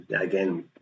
again